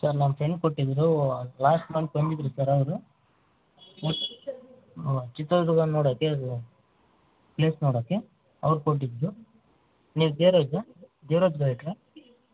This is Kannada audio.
ಸರ್ ನಮ್ಮ ಫ್ರೆಂಡ್ ಕೊಟ್ಟಿದ್ದರು ಲಾಸ್ಟ್ ಮಂತ್ ಬಂದಿದ್ದರು ಸರ್ ಅವರು ಹ್ಞೂ ಚಿತ್ರದುರ್ಗಾನ ನೋಡೋಕ್ಕೆ ಪ್ಲೇಸ್ ನೋಡೋಕ್ಕೆ ಅವರು ಕೊಟ್ಟಿದ್ದರು ನೀವು ಧೀರಜ್ಜಾ ಧೀರಜ್ ಗೈಡ್ರಾ